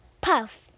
puff